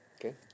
Okay